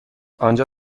آنجا